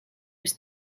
was